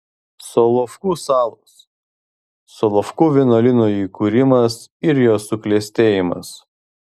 solovkų salos solovkų vienuolyno įkūrimas ir jo suklestėjimas